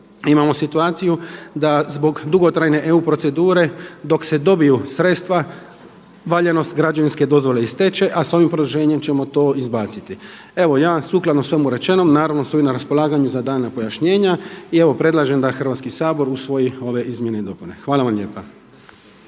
imamo situaciju da zbog dugotrajne EU procedure dok se dobiju sredstava valjanost građevinske dozvole isteče a sa ovim produženjem ćemo to izbaciti. Evo ja vam sukladno svemu rečenom naravno stojim na raspolaganju za dana pojašnjenja i evo predlažem da Hrvatski sabor usvoji ove izmjene i dopune. Hvala vam lijepa.